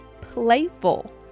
playful